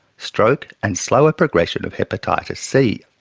stroke and slower progression of hepatitis c.